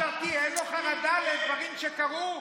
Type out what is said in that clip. משטרתי, אין לו חרדה לדברים שקרו?